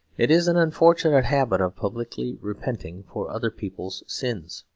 it is an unfortunate habit of publicly repenting for other people's sins.